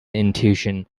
intuition